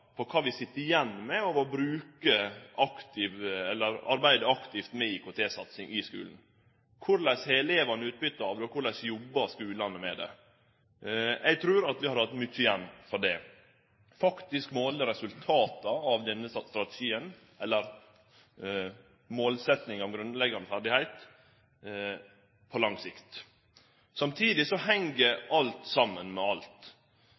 på kva vi sit igjen med av å arbeide aktivt med IKT-satsing i skulen. Korleis har elevane utbytte av det, og korleis jobbar skulane med det. Eg trur vi hadde hatt mykje igjen av det å faktisk måle resultata av den strategien – eller målsetjinga om grunnleggjande ferdigheit – på lang sikt. Samtidig heng alt saman med alt.